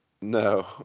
No